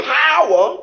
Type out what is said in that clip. power